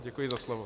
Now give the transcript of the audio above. Děkuji za slovo.